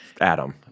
Adam